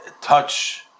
touch